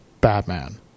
Batman